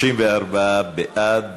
34 בעד,